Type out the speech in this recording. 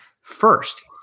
first